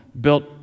built